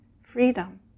Freedom